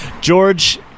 george